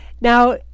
Now